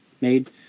made